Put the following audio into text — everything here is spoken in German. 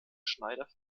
schneider